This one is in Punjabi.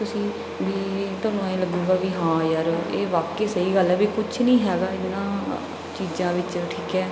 ਤੁਸੀਂ ਵੀ ਤੁਹਾਨੂੰ ਐਂ ਲੱਗੇਗਾ ਵੀ ਹਾਂ ਯਾਰ ਇਹ ਵਾਕਈ ਸਹੀ ਗੱਲ ਹੈ ਵੀ ਕੁਝ ਨਹੀਂ ਹੈਗਾ ਇਨ੍ਹਾਂ ਚੀਜ਼ਾਂ ਵਿੱਚ ਠੀਕ ਹੈ